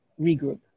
regroup